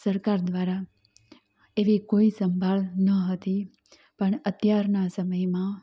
સરકાર દ્વારા એવી કોઈ સંભાળ ન હતી પણ અત્યારના સમયમાં